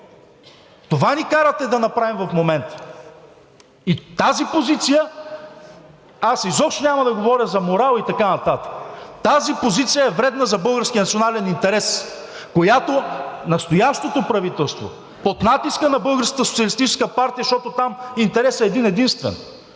Това ни карате да направим в момента! И тази позиция – аз изобщо няма да говоря за морал и така нататък, тази позиция е вредна за българския национален интерес, която настоящото правителство, под натиска на Българската социалистическа партия, защото там интересът е един-единствен